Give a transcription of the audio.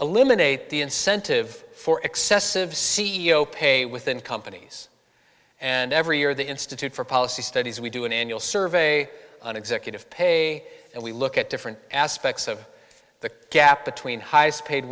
eliminate the incentive for excessive c e o pay within companies and every year the institute for policy studies we do an annual survey on executive pay and we look at different aspects of the gap between highest paid